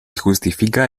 justifica